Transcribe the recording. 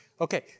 Okay